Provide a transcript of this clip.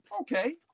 Okay